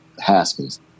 Haskins